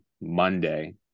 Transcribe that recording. Monday